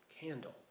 candle